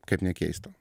kaip nekeista